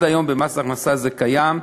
היום במס הכנסה זה קיים,